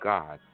God